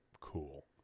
Cool